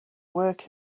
work